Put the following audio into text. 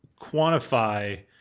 quantify